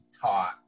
taught